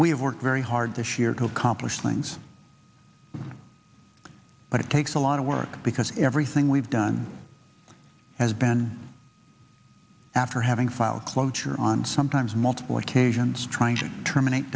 we've worked very hard to shear to accomplish things but it takes a lot of work because everything we've done ben after having filed cloture on sometimes multiple occasions trying to terminate